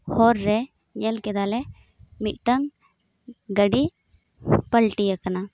ᱦᱚᱨ ᱨᱮ ᱧᱮᱞ ᱠᱮᱫᱟᱞᱮ ᱢᱤᱫᱴᱟᱹᱝ ᱜᱟᱹᱰᱤ ᱯᱟᱞᱴᱤᱭᱟᱠᱟᱱᱟ